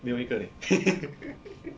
没有一个 leh